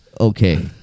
okay